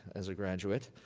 as a graduate,